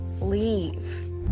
leave